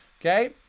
okay